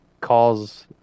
calls